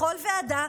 בכל ועדה,